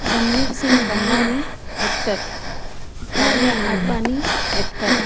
Ranveer Singh Bambani actor Kavya Advani actor